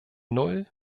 null